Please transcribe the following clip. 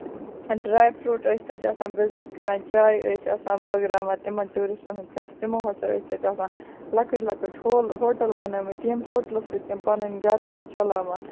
dry fruit ٲسۍ تَتہِ آسان بِزنٮ۪س کران چاے ٲسۍ آسان بٲگراوان تِمَن ٹیوٗرِسٹَن ہِنٛدۍ خٲطرٕ تِمو ہسا ٲسۍ تَتہِ آسان لۄکٕٹۍ لۄکٕٹۍ ہوٹَل بَنٲومٕتۍ یمہِ ہوٹلہٕ سۭتۍ تِم پَنُن گرٕ ٲسۍ چَلاوان